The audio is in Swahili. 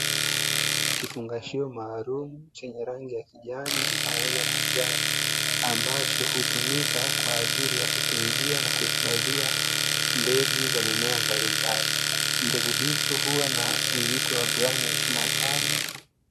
Kifungashio maalumu chenye rangi ya kijani, pamoja na njano, ambacho hutumika kwa ajili ya kutunzia na kuhifadhia mbegu za mimea mbalimbali. Mbegu hizo huwa na uzito wa gramu ishirini na tano.